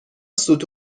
سوت